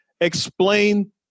explain